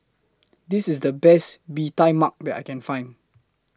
This IS The Best Bee Tai Mak that I Can Find